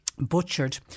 Butchered